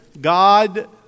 God